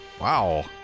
Wow